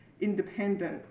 independent